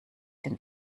den